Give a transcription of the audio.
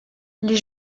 les